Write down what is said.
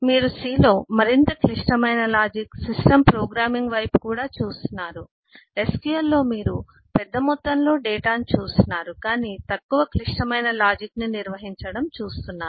మీరు C లో మీరు మరింత క్లిష్టమైన లాజిక్ సిస్టమ్స్ ప్రోగ్రామింగ్ వైపు కూడా చూస్తున్నారు SQL లో మీరు పెద్ద మొత్తంలో డేటాను చూస్తున్నారు కాని తక్కువ క్లిష్టమైన లాజిక్ నిర్వహించడం చూస్తున్నారు